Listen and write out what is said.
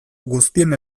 guztien